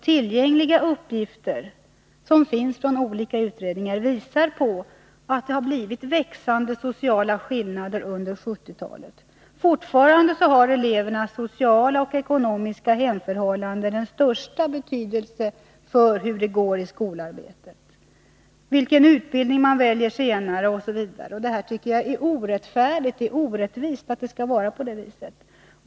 Tillgängliga uppgifter, från olika utredningar, visar att det har blivit växande sociala skillnader under 1970-talet. Fortfarande har elevernas sociala och ekonomiska hemförhållanden den största betydelse för hur det går i skolarbetet, vilken utbildning man väljer senare, osv. Det är orättfärdigt. Det är orättvist att det skall vara på det viset.